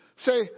Say